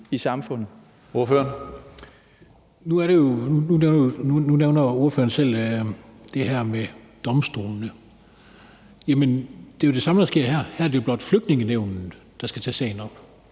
Larsen (LA): Nu nævner ordføreren selv det her med domstolene, og det er jo det samme, der sker. Her er det blot Flygtningenævnet, der skal tage sagen op,